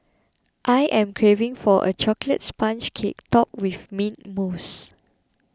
I am craving for a Chocolate Sponge Cake Topped with Mint Mousse